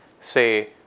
say